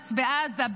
חמאס בעזה,